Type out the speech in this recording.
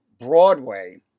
Broadway